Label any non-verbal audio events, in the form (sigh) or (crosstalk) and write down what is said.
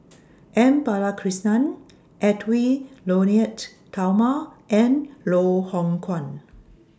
(noise) M Balakrishnan Edwy Lyonet Talma and Loh Hoong Kwan